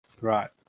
right